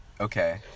okay